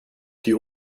die